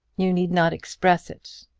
you need not express it.